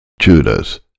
Judas